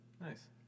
Nice